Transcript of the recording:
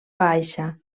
baixa